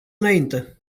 înainte